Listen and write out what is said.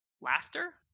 laughter